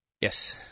Yes